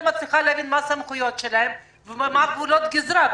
מצליחה להבין מה הסמכויות שלהם ומה גבולות הגִזרה,